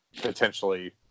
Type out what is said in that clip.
potentially